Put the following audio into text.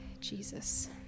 Jesus